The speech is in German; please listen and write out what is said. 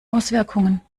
auswirkungen